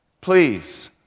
Please